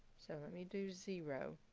so let me do zero.